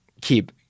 keep